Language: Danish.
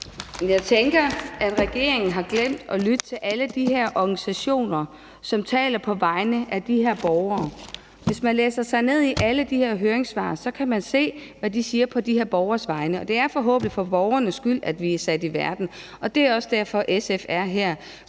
Jeg tænker, at regeringen har glemt at lytte til alle de organisationer, som taler på vegne af de her borgere. Hvis man læser alle høringssvarene, kan man se, hvad de siger på de her borgeres vegne. Det er forhåbentlig for borgernes skyld, at vi er sat i verden, og det er også derfor, at SF er her